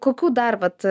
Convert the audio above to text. kokių dar vat